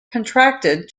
contracted